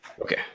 Okay